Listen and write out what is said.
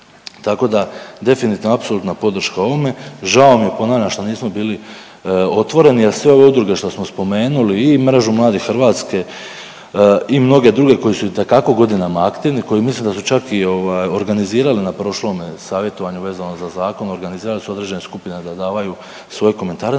Tako da definitivno apsolutno podrška ovome. Žao mi je, ponavljam, što nismo bili otvoreni jer sve ove udruge što smo spomenuli, i Mrežu mladih Hrvatske i mnoge druge koji su itekako godinama aktivni, koji mislim da su čak u ovaj, organizirali na prošlome savjetovanju vezano za zakon, organizaciju određenih skupina, da davaju svoje komentare, znači